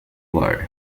low